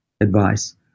advice